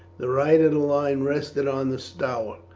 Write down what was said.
the right of the line rested on the stour,